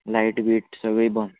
light बीट सगळी बंद